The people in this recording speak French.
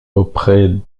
auprès